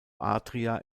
adria